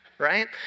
right